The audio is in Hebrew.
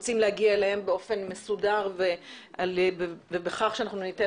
רוצים להגיע אליהם באופן מסודר ובכך שניתן